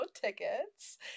tickets